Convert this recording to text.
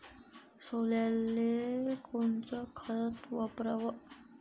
सोल्याले कोनचं खत वापराव?